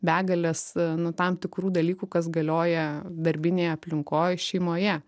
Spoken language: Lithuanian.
begalės nu tam tikrų dalykų kas galioja darbinėje aplinkoj šeimoje